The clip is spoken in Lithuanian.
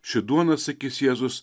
ši duona sakys jėzus